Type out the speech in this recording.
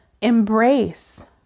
embrace